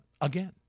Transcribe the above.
again